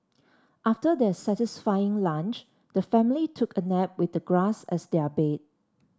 after their satisfying lunch the family took a nap with the grass as their bed